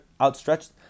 outstretched